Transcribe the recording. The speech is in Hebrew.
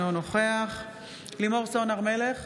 אינו נוכח לימור סון הר מלך,